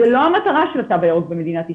זו לא המטרה של התו הירוק במדינת ישראל.